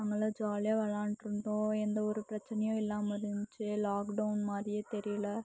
நாங்களாம் ஜாலியாக விளாண்ட்ருந்தோம் எந்த ஒரு பிரச்சனையும் இல்லாம இருந்துச்சி லாக்டவுன் மாதிரியே தெரியலை